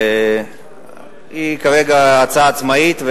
והיא כרגע הצעה עצמאית.